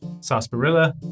sarsaparilla